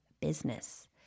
business